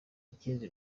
ikindi